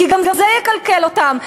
כי גם זה יקלקל אותם.